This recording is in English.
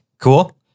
Cool